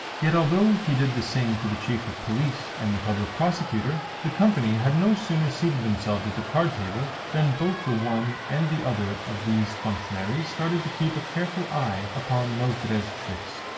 yet although he did the same to the chief of police and the public prosecutor, the company had no sooner seated themselves at the card-table than both the one and the other of these functionaries started to keep a careful eye upon nozdrev's tricks,